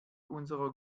unserer